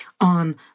on